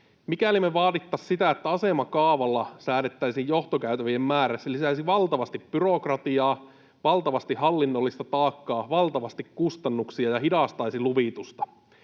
Mikäli me vaadittaisiin sitä, että asemakaavalla säädettäisiin johtokäytävien määrä, se lisäisi valtavasti byrokratiaa, valtavasti hallinnollista taakkaa, valtavasti kustannuksia ja hidastaisi luvitusta.